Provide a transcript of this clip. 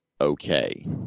okay